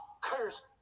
cursed